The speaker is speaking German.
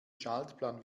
schaltplan